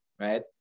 right